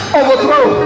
overthrow